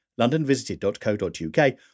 londonvisited.co.uk